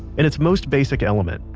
in its most basic element,